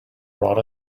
brought